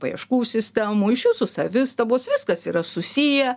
paieškų sistemų iš jūsų savistabos viskas yra susiję